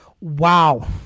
wow